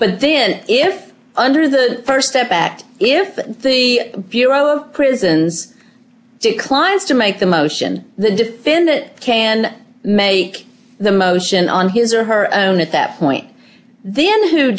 but then if under the st step that if the bureau of prisons declines to make the motion the defendant can make the motion on his or her own at that point then who